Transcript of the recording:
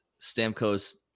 Stamkos